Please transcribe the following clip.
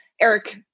Eric